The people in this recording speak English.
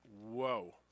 whoa